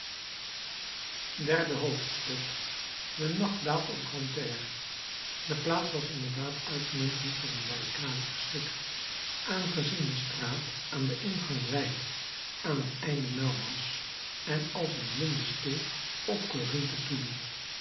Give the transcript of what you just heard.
derde hoofdstuk de nacht daalt op grantaire de plaats was inderdaad uitmuntend voor een barricade geschikt aangezien de straat aan den ingang wijd aan t einde nauw was en als een blinde steeg op corinthe toeliep